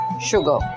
sugar